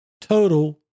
total